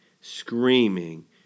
screaming